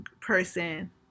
person